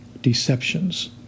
deceptions